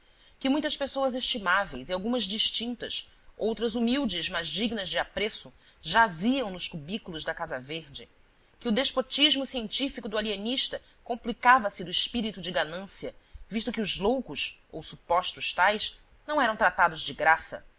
que muitas pessoas estimáveis e algumas distintas outras humildes mas dignas de apreço jaziam nos cubículos da casa verde que o despotismo científico do alienista complicava-se do espírito de ganância visto que os loucos ou supostos tais não eram tratados de graça